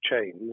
chains